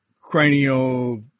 cranial